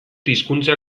hizkuntza